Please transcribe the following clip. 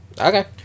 Okay